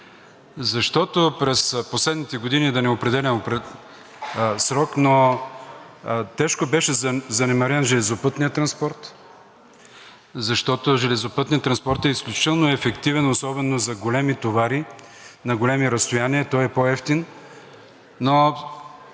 защото през последните години – да не определям срок, но тежко беше занемарен железопътният транспорт, а железопътният транспорт е изключително ефективен особено за големи товари на големи разстояния, той е по-евтин.